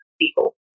people